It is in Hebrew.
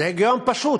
זה היגיון פשוט.